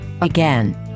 again